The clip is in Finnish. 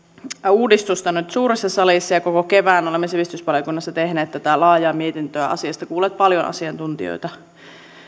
uudistusta nyt suuressa salissa ja koko kevään olemme sivistysvaliokunnassa tehneet tätä laajaa mietintöä ja asiasta kuulleet paljon asiantuntijoita